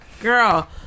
Girl